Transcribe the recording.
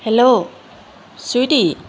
hello sweety